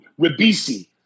Ribisi